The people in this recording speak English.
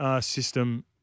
system